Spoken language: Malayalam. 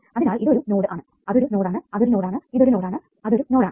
അതിനാൽ ഇതൊരു നോഡ് ആണ് അതൊരു നോഡ് ആണ് അതൊരു നോഡ് ആണ് ഇതൊരു നോഡ് ആണ് അതൊരു നോഡ്ആണ്